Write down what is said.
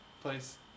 place